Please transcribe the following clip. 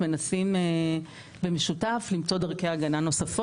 מנסים במשותף למצוא דרכי הגנה נוספות